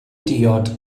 diod